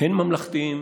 הן ממלכתיים